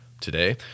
today